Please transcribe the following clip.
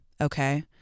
Okay